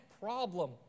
problem